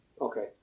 Okay